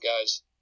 guys